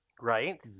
Right